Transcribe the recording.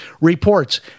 reports